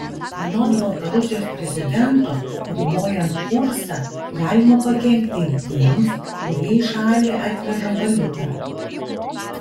anot baltarusijos prezidento ribojant kursą galima pakenkti ir tiems kurie į šalį atveža valiutą